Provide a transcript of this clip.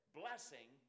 blessing